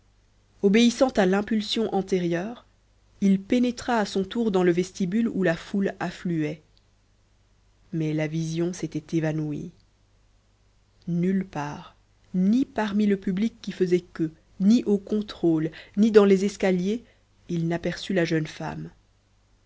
obéissant à l'impulsion antérieure il pénétra à son tour dans le vestibule où la foule affluait mais la vision s'était évanouie nulle part ni parmi le public qui faisait queue ni au contrôle ni dans les escaliers il n'aperçut la jeune femme